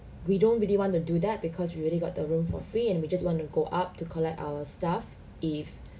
we don't really want to do that because we already got the room for free and we just want to go up to collect our stuff if